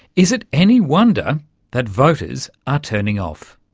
is it any wonder that voters are turning off?